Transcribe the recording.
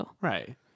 Right